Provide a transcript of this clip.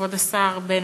כבוד השר בנט,